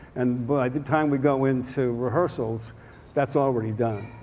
and by the time we go into rehearsals that's already done.